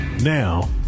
now